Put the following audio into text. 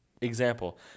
example